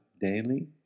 daily